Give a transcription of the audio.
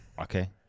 Okay